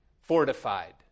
fortified